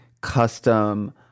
custom